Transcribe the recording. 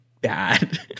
bad